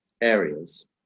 areas